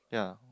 ya